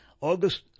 August